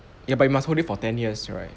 ya but you must hold it for ten years right